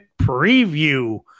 preview